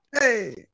hey